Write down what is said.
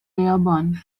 اليابان